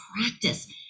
practice